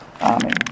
Amen